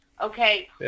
Okay